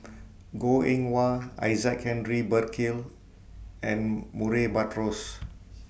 Goh Eng Wah Isaac Henry Burkill and Murray Buttrose